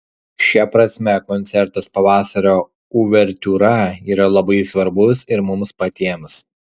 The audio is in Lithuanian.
šia prasme koncertas pavasario uvertiūra yra labai svarbus ir mums patiems